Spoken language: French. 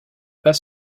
pas